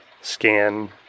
scan